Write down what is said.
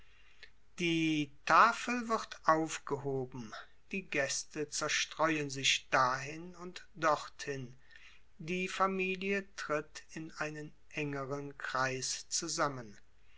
die tafel wird aufgehoben die gäste zerstreuen sich dahin und dorthin die familie tritt in einen engeren kreis zusammen